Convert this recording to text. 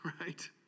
right